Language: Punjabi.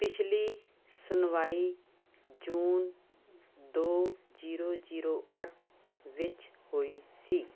ਪਿਛਲੀ ਸੁਣਵਾਈ ਜੂਨ ਦੋ ਜੀਰੋ ਜੀਰੋ ਅੱਠ ਵਿੱਚ ਹੋਈ ਸੀ